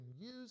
use